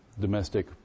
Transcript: domestic